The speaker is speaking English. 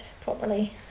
properly